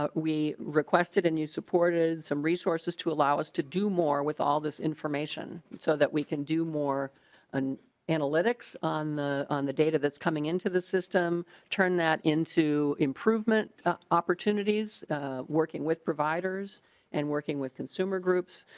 ah we requested a new support is some resources to allow us to do more with all this information so that we can do more and analytic on the on the data that's coming into the system turned that into improvement ah working with providers and working with consumer groups